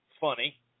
funny